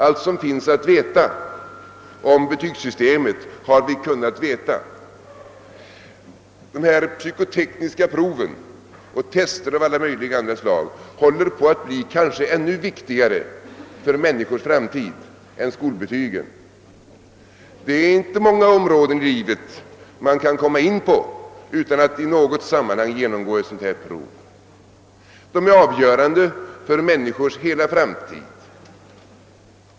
Allt som finns att veta om betygssystemet har vi kunnat veta. Dessa psykotekniska prov och test av alla möjliga andra slag håller på att bli kanske ännu viktigare för människors framtid än skolbetygen. Det är inte många områden i livet man kan komma in på utan att i något sammanhang genomgå ett sådant prov. De är avgörande för människors hela framtid.